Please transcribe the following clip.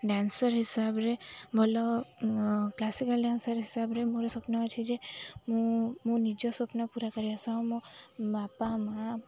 dancer ହିସାବରେ ଭଲ classical dancer ହିସାବରେ ମୋର ସ୍ୱପ୍ନ ଅଛି ଯେ ମୁଁ ମୋ ନିଜ ସ୍ୱପ୍ନ ପୁରା କରିବା ସହ ମୋ ବାପା ମାଆ